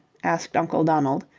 asked uncle donald,